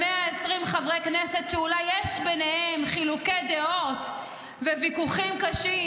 120 חברי כנסת שאולי יש ביניהם חילוקי דעות וויכוחים קשים,